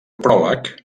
pròleg